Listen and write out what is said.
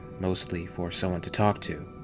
mostly, for someone to talk to.